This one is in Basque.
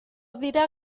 dira